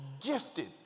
gifted